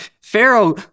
Pharaoh